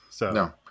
No